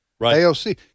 AOC